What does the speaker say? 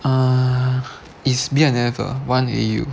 uh it's B and F ah one A_U